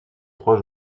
trois